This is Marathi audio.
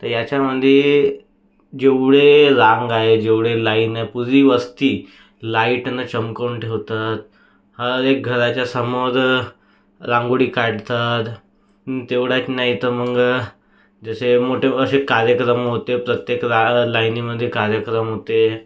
तर याच्यामधे जेवढे रांग आहे जेवढे लाईन आहे पुरी वस्ती लाईटनं चमकवून ठेवतात हर एक घराच्या समोर रांगोळी काढतात तेवढंत नाही तर मग जसे मोठे असे कार्यक्रम होते प्रत्येक लायनीमध्ये कार्यक्रम होते